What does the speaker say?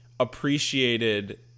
Appreciated